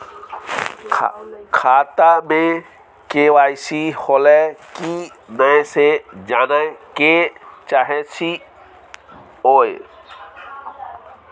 खाता में के.वाई.सी होलै की नय से जानय के चाहेछि यो?